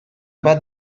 bat